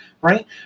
right